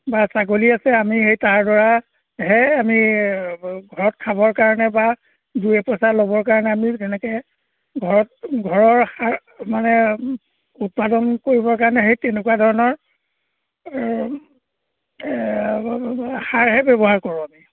বা ছাগলী আছে আমি সেই তাৰ দ্বাৰাহে আমি ঘৰত খাবৰ কাৰণে বা দুই এপইচা ল'বৰ কাৰণে আমি তেনেকৈ ঘৰত ঘৰৰ সাৰ মানে উৎপাদন কৰিবৰ কাৰণে সেই তেনেকুৱা ধৰণৰ সাৰহে ব্যৱহাৰ কৰোঁ আমি